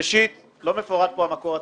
ראשית, לא מפורט פה המקור התקציבי.